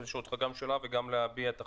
לשאול אותך גם שאלה וגם להביע את החשש,